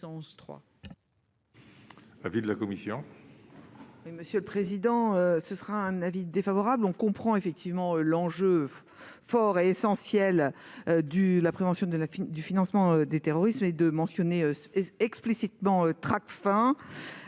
l'avis de la commission ?